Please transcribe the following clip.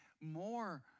more